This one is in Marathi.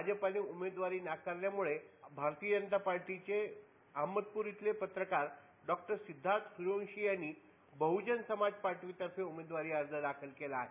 भाजपाने उमेदवारी नाकारल्या मुळे भारतीय जनता पार्टीचे अहमदप्र येथले पत्रकार डॉक्टर सिद्धार्थ सूर्यवंशी यांनी बहजन समाज पार्टी तर्फे उमेदवारी अर्ज दाखल केला आहे